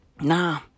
Nah